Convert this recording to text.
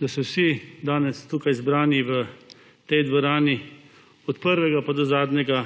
da se vsi danes tukaj zbrani v tej dvorani, od prvega pa do zadnjega,